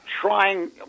trying